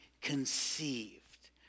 conceived